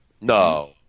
No